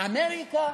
אמריקה